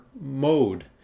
mode